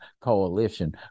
coalition